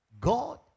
God